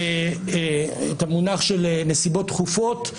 במונח של נסיבות דחופות.